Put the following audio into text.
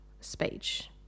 speech